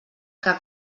que